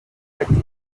factory